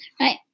right